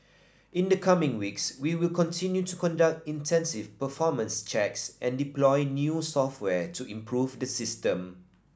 in the coming weeks we will continue to conduct intensive performance checks and deploy new software to improve the system